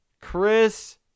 Chris